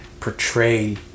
portray